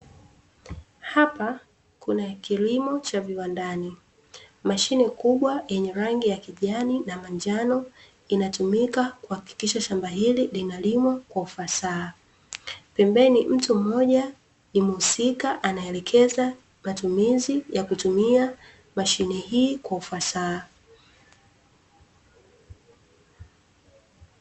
Hapa kuna kilimo cha viwandani mashine kubwa yenye rangi ya kijani na manjano, inatumika kuhakikisha shamba hili linalimwa kwa ufasaha. Pembeni mtu mmoja ni mhusika anaelekeza matumizi ya kutumia mashine hii kwa ufasaha.